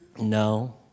No